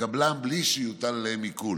לקבלם בלי שיוטל עליהם עיקול.